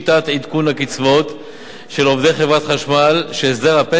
עדכון הקצבאות של עובדי חברת החשמל שהסדר הפנסיה